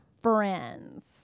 friends